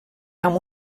amb